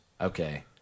Okay